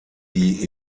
die